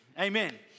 amen